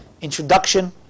introduction